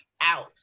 out